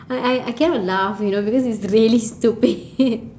I I I cannot laugh you know because it's really stupid